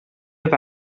oedd